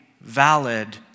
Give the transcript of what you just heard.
valid